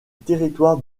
territoire